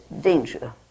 danger